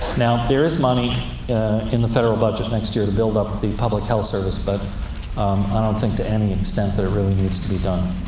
now, there is money in the federal budget, next year, to build up the public health service. but i don't think to any extent that it really needs to be done.